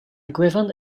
gwefan